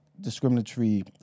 discriminatory